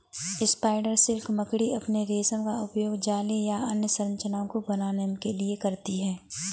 spider silk मकड़ी अपने रेशम का उपयोग जाले या अन्य संरचनाओं को बनाने के लिए करती हैं